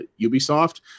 Ubisoft